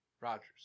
Rogers